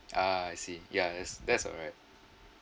ah I see ya that's that's alright